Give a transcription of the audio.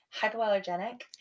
hypoallergenic